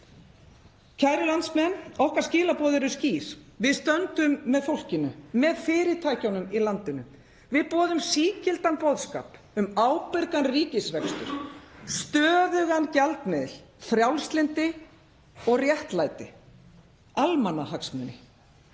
Kæru landsmenn. Okkar skilaboð eru skýr. Við stöndum með fólkinu, með fyrirtækjunum í landinu. Við boðum sígildan boðskap um ábyrgan ríkisrekstur, stöðugan gjaldmiðil, frjálslyndi og réttlæti, almannahagsmuni.